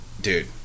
Dude